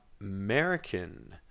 American